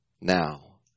now